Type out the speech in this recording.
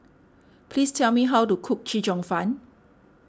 please tell me how to cook Chee Cheong Fun